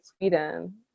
sweden